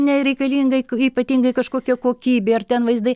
nereikalinga ypatingai kažkokia kokybė ar ten vaizdai